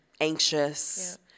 anxious